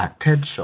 attention